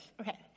Okay